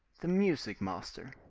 the music-master.